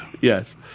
Yes